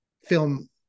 film